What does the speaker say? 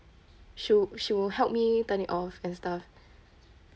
she she will help me turn it off and stuff